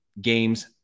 games